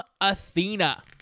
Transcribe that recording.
Athena